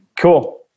Cool